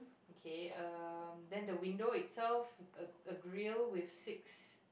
okay uh then the window itself a a grill with six